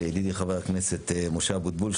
ידידי חבר הכנסת משה אבוטבול,